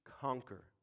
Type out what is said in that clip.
conquer